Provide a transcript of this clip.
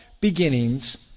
beginnings